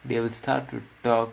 they will start to talk